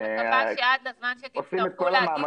אני מקווה שעד לזמן שתצטרכו להגיב